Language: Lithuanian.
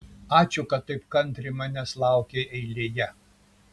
ačiū kad taip kantriai manęs laukei eilėje